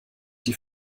die